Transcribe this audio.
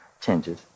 changes